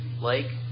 lake